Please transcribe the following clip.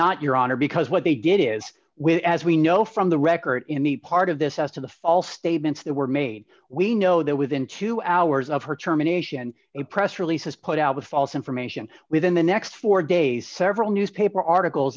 not your honor because what they did is win as we know from the record in the part of this as to the false statements that were made we know that within two hours of her terminations a press releases put out the false information within the next four days several newspaper articles